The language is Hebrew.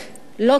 לא כיבוש.